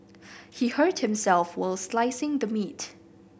he hurt himself while slicing the meat